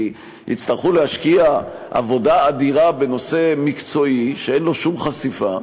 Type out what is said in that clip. כי יצטרכו להשקיע עבודה אדירה בנושא מקצועי שאין לו שום חשיפה,